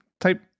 type